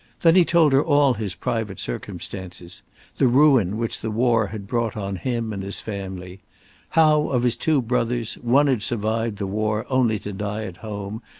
then he told her all his private circumstances the ruin which the war had brought on him and his family how, of his two brothers, one had survived the war only to die at home,